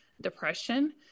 depression